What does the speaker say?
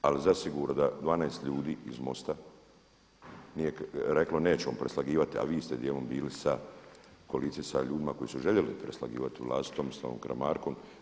Ali zasigurno da 12 ljudi iz MOST-a nije reklo nećemo preslagivati a vi ste djelom bili u koaliciji s ljudima koji su željeli preslagivati vlast s Tomislavom Karamarkom.